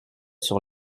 sur